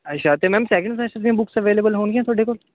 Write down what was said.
ਅੱਛਾ ਅਤੇ ma'am second semester ਦੀਆਂ ਬੁੱਕਸ ਅਵੇਲੇਬਲ ਹੋਣਗੀਆਂ ਤੁਹਾਡੇ ਕੋਲ